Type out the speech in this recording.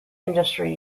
industry